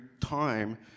time